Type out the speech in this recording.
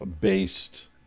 based